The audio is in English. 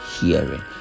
hearing